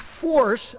force